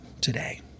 today